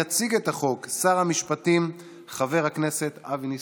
יציג את החוק שר המשפטים חבר הכנסת אבי ניסנקורן.